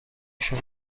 شما